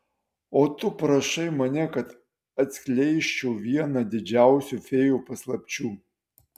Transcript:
o tu prašai mane kad atskleisčiau vieną didžiausių fėjų paslapčių